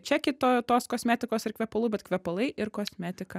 čekį to tos kosmetikos ir kvepalų bet kvepalai ir kosmetika